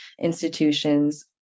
institutions